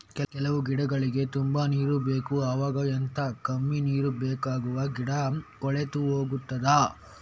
ಕೆಲವು ಗಿಡಗಳಿಗೆ ತುಂಬಾ ನೀರು ಬೇಕು ಅವಾಗ ಎಂತ, ಕಮ್ಮಿ ನೀರು ಬೇಕಾಗುವ ಗಿಡ ಕೊಳೆತು ಹೋಗುತ್ತದಾ?